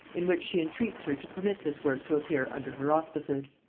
in which she entreats her to permit this work to appear under her auspices.